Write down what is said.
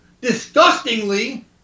disgustingly